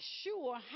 sure